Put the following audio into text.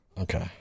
Okay